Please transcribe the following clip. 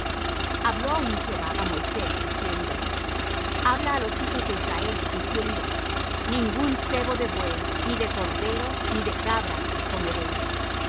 habló aún jehová á moisés diciendo habla á los hijos de israel diciendo ningún sebo de buey ni de cordero ni de cabra comeréis